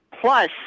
plus